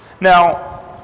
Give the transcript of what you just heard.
Now